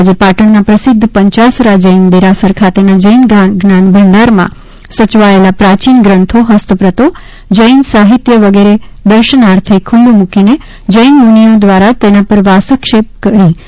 આજે પાટણના પ્રસિદ્ધ પંચાસરા જૈન દેરાસર ખાતેના જૈન જ્ઞાન ભંડારમાં સચવાયેલા પ્રાચીન ગ્રંથો હસ્તપત્રો જૈન સાહિત્ય વિગેરે દર્શનાર્થે ખુલ્લું મૂકીને જૈન મુનિઓ દ્વારા તેના પર વાસક્ષેપ કરી વિઘિસર પૂજન કર્યું હતું